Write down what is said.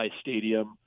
Stadium